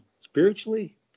spiritually